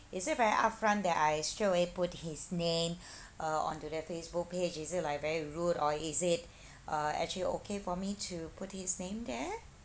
is it very upfront that I straightaway put his name uh onto the facebook page is it like very rude or is it uh actually okay for me to put his name there